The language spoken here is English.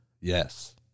Yes